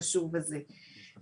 חשוב הזה ובכלל,